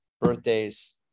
birthdays